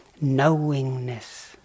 knowingness